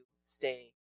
stay